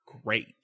great